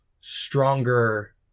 stronger